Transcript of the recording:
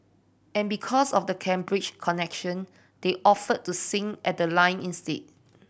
and because of the Cambridge connection they offered to sing at the lying in state